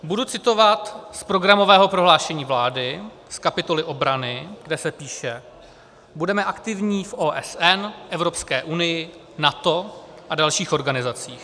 Budu citovat z programového prohlášení vlády z kapitoly obrany, kde se píše: Budeme aktivní v OSN, Evropské unii, NATO a dalších organizacích.